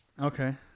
Okay